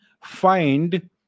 find